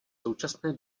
současné